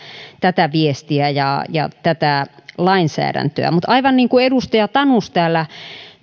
tätä viestiä ja ja tätä lainsäädäntöä mutta aivan niin kuin edustaja tanus